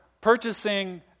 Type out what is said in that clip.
purchasing